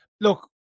look